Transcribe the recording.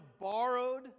borrowed